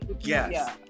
Yes